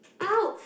!ouch!